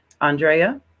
Andrea